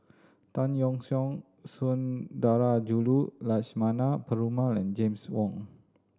Tan Yeok Seong Sundarajulu Lakshmana Perumal and James Wong